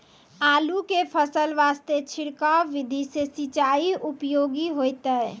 आलू के फसल वास्ते छिड़काव विधि से सिंचाई उपयोगी होइतै?